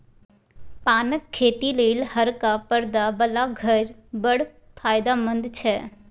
पानक खेती लेल हरका परदा बला घर बड़ फायदामंद छै